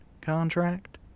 contract